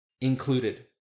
included